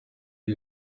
ari